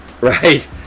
right